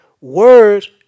words